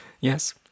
Yes